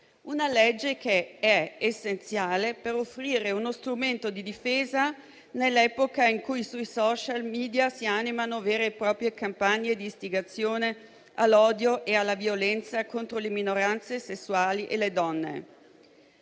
europei e che è essenziale per offrire uno strumento di difesa nell'epoca in cui sui *social* *media* si animano vere e proprie campagne di istigazione all'odio e alla violenza contro le minoranze sessuali e le donne.